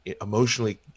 emotionally